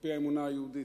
על-פי האמונה היהודית,